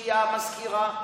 שהיא המזכירה.